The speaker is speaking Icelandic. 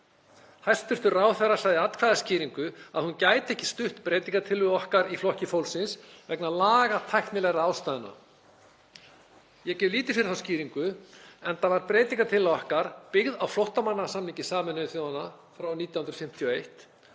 Hæstv. ráðherra sagði í atkvæðaskýringu að hún gæti ekki stutt breytingartillögu okkar í Flokki fólksins vegna lagatæknilegra ástæðna. Ég gef lítið fyrir þá skýringu enda var breytingartillaga okkar byggð á flóttamannasamningi Sameinuðu þjóðanna frá 1951,